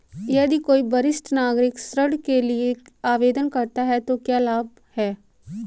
यदि कोई वरिष्ठ नागरिक ऋण के लिए आवेदन करता है तो क्या लाभ हैं?